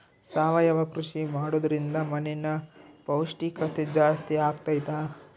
ಸಾವಯವ ಕೃಷಿ ಮಾಡೋದ್ರಿಂದ ಮಣ್ಣಿನ ಪೌಷ್ಠಿಕತೆ ಜಾಸ್ತಿ ಆಗ್ತೈತಾ?